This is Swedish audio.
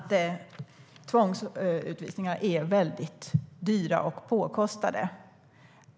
Tvångsutvisningar är väldigt dyra och påkostade.